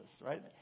right